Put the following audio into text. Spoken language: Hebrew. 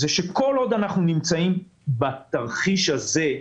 כל עוד אנחנו נמצאים בתרחיש הזה,